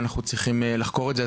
ואנחנו צריכים לחקור את זה.